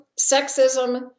sexism